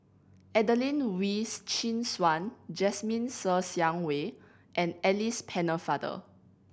Adelene Wee Chin Suan Jasmine Ser Xiang Wei and Alice Pennefather